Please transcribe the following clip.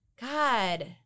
God